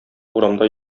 урамда